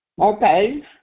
Okay